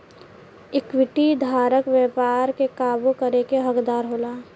equity धारक व्यापार के काबू करे के हकदार होला